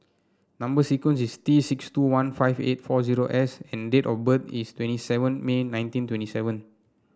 number sequence is T six two one five eight four zero S and date of birth is twenty seven May nineteen twenty seven